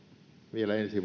vielä ensi